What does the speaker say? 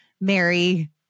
Mary